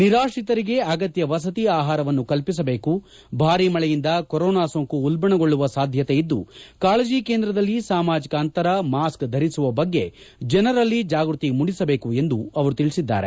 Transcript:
ನಿರಾತ್ರಿತರಿಗೆ ಅಗತ್ತ ವಸತಿ ಆಹಾರವನ್ನು ಕಲ್ಪಿಸಬೇಕು ಭಾರೀ ಮಳೆಯಿಂದ ಕೊರೋನಾ ಸೋಂಕು ಉಲ್ಲಣಗೊಳ್ಳುವ ಸಾಧ್ಯತೆಇದ್ದು ಕಾಳಜಿ ಕೇಂದ್ರದಲ್ಲಿ ಸಾಮಾಜಿಕ ಅಂತರ ಮಾಸ್ಕ್ ಧರಿಸುವ ಬಗ್ಗೆ ಜನರಲ್ಲಿ ಜಾಗೃತಿ ಮೂಡಿಸಬೇಕು ಎಂದು ಅವರು ತಿಳಿಸಿದ್ದಾರೆ